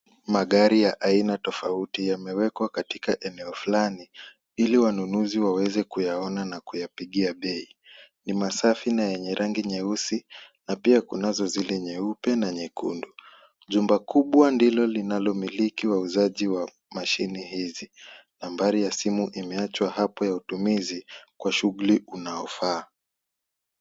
Magari ya aina tofauti yameekwa katika eneo fulani ili wanunuzi waweze kuyaona na kuyapigia bei. Ni masafi na yenye rangi nyeusi na pia kunazo zile za nyeupe na nyekundu. Jumba kubwa ndilo linalo miliki wauzaji wa mashine hizi. Nambari ya simu imeachwa hapo kwa utumizi wa shuguli unayo faa